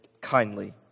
kindly